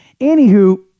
Anywho